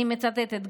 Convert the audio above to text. אני מצטטת,